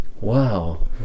Wow